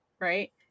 right